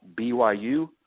BYU